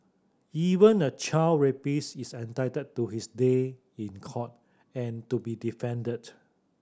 even a child rapist is entitled to his day in court and to be defended